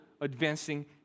advancing